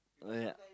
oh ya